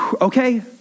okay